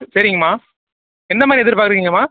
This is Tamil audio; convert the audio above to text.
சரிங்கம்மா என்ன மாதிரி எதிர்பார்க்குறீங்கம்மா